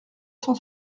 cent